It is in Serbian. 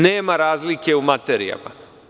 Nema razlike u materijama.